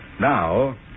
Now